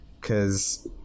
cause